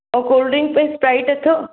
ऐं cold drinks में Sprite अथव